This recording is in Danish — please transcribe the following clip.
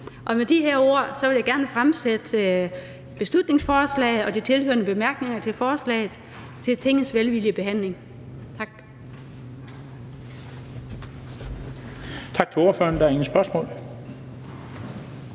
Med de her ord vil jeg gerne anbefale beslutningsforslaget og de tilhørende bemærkninger til forslaget til Tingets velvillige behandling. Tak. Kl. 17:19 Den fg.